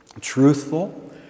truthful